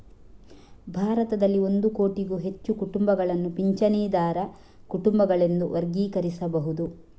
ಭಾರತದಲ್ಲಿ ಒಂದು ಕೋಟಿಗೂ ಹೆಚ್ಚು ಕುಟುಂಬಗಳನ್ನು ಪಿಂಚಣಿದಾರ ಕುಟುಂಬಗಳೆಂದು ವರ್ಗೀಕರಿಸಬಹುದು